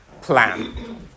plan